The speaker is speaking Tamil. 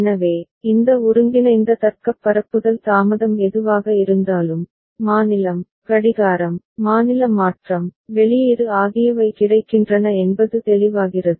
எனவே இந்த ஒருங்கிணைந்த தர்க்கப் பரப்புதல் தாமதம் எதுவாக இருந்தாலும் மாநிலம் கடிகாரம் மாநில மாற்றம் வெளியீடு ஆகியவை கிடைக்கின்றன என்பது தெளிவாகிறது